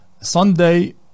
Sunday